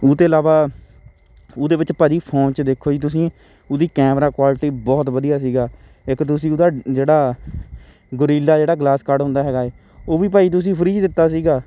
ਉਹ ਤੋਂ ਇਲਾਵਾ ਉਹਦੇ ਵਿੱਚ ਭਾਅ ਜੀ ਫੋਨ 'ਚ ਦੇਖੋ ਜੀ ਤੁਸੀਂ ਉਹਦੀ ਕੈਮਰਾ ਕੁਆਲਿਟੀ ਬਹੁਤ ਵਧੀਆ ਸੀਗਾ ਇੱਕ ਤੁਸੀਂ ਉਹਦਾ ਜਿਹੜਾ ਗੁਰੀਲਾ ਜਿਹੜਾ ਗਲਾਸ ਕਾਰਡ ਹੁੰਦਾ ਹੈਗਾ ਉਹ ਵੀ ਭਾਅ ਜੀ ਤੁਸੀਂ ਫ੍ਰੀ ਦਿੱਤਾ ਸੀਗਾ